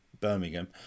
birmingham